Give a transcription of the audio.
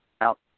out